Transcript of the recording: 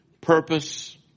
purpose